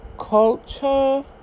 Culture